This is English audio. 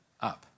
up